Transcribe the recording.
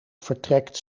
vertrekt